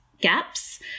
gaps